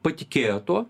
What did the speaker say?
patikėjo tuo